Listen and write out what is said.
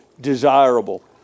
desirable